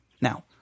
Now